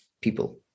people